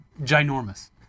ginormous